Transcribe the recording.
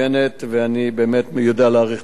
ואני באמת יודע להעריך את הדברים.